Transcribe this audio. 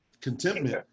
Contentment